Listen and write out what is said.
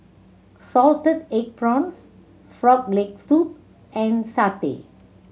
salted egg prawns Frog Leg Soup and satay